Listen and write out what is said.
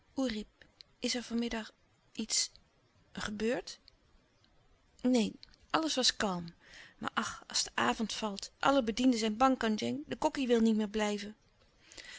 is er van middag iets gebeurd neen alles was kalm maar ach als de avond valt alle bedienden zijn bang kandjeng de kokkie wil niet meer blijven